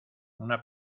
una